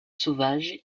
sauvage